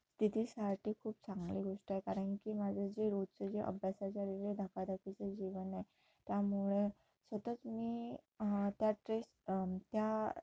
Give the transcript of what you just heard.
स्थितीसाठी खूप चांगली गोष्ट आहे कारण की माझं जे रोजचं जे अभ्यासाच्या रे धकाधकीचं जीवन आहे त्यामुळे सतत मी त्या ट्रेस त्या